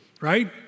right